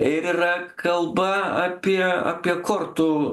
ir yra kalba apie apie kortų